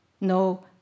no